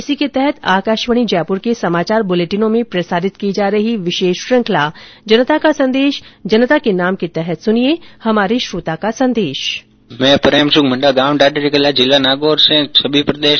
इसी के तहत आकाशवाणी जयपुर के समाचार बुलेटिनों में प्रसारित की जा रही विशेष श्रुखंला जनता का संदेश जनता के नाम के तहत सुनिये हमारे श्रोता का संदेश